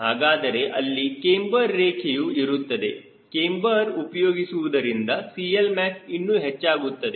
ಹಾಗಾದರೆ ಅಲ್ಲಿ ಕ್ಯಾಮ್ಬರ್ ರೇಖೆಯು ಇರುತ್ತದೆ ಕ್ಯಾಮ್ಬರ್ ಉಪಯೋಗಿಸುವುದರಿಂದ CLmax ಇನ್ನೂ ಹೆಚ್ಚಾಗುತ್ತದೆ